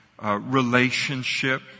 relationship